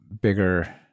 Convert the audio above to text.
bigger